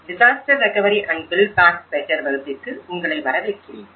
disaster recovery and build back better வகுப்பிற்கு உங்களை வரவேற்கிறேன்